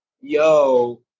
yo